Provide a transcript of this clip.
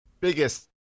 biggest